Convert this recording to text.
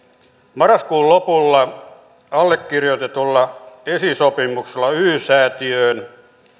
marraskuun lopulla allekirjoitetulla esisopimuksella y säätiöön